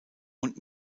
und